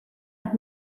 end